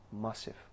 Massive